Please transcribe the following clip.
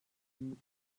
azınlık